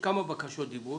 ישנן כמה בקשות דיבור.